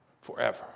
forever